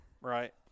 right